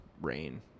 rain